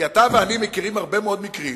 כי אתה ואני מכירים הרבה מאוד מקרים